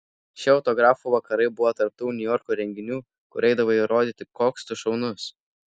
šie autografų vakarai buvo tarp tų niujorko renginių kur eidavai įrodyti koks tu šaunus